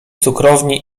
cukrowni